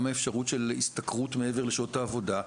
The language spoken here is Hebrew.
גם את האפשרות של השתכרות מעבר לשעות העבודה,